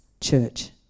church